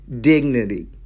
dignity